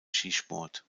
skisport